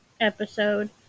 episode